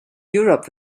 europe